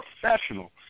professional